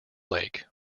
lake